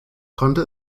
konnte